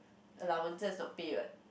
allowances not pay what